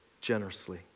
generously